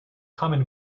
common